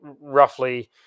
roughly